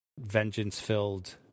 vengeance-filled